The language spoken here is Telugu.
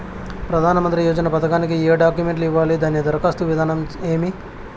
ప్రధానమంత్రి యోజన పథకానికి ఏ డాక్యుమెంట్లు ఇవ్వాలి దాని దరఖాస్తు విధానం ఏమి